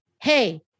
hey